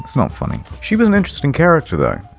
not funny. she was an interesting character, though.